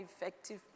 effective